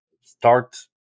start